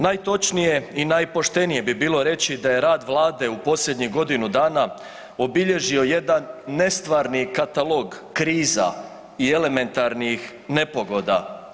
Najtočnije i najpoštenije bi bilo reći da je rad vlade u posljednji godinu dana obilježio jedan nestvarni katalog kriza i elementarnih nepogoda.